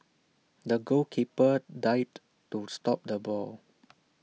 the goalkeeper dived to stop the ball